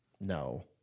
no